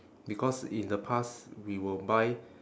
because in the past we will buy